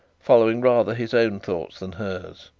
following rather his own thoughts than hers.